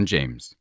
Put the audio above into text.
James